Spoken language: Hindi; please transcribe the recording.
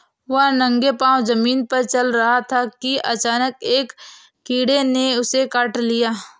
वह नंगे पांव जमीन पर चल रहा था कि अचानक एक कीड़े ने उसे काट लिया